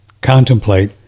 contemplate